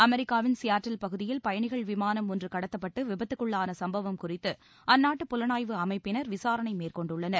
அமெரிக்காவின் சியாட்டில் பகுதியில் பயணிகள் விமானம் ஒன்று கடத்தப்பட்டு விபத்துக்குள்ளான சம்பவம் குறித்து அந்நாட்டு புலனாய்வு அமைப்பினர் விசாரணை மேற்கொண்டுள்ளனர்